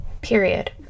period